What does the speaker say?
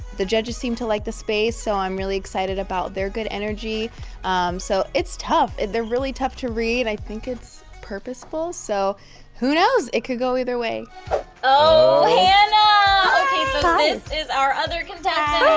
the judges seemed to like the space so i'm really excited about their good energy so it's tough it they're really tough to read. i think it's purposeful. so who knows it could go either way oh hannah is our other contestant